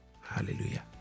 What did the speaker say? Hallelujah